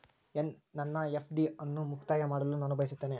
ನನ್ನ ಎಫ್.ಡಿ ಅನ್ನು ಮುಕ್ತಾಯ ಮಾಡಲು ನಾನು ಬಯಸುತ್ತೇನೆ